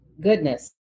goodness